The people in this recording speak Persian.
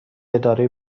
اداره